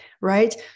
right